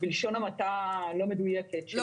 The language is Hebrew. בלשון המעטה, לא מדויקת.